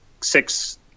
six